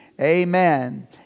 Amen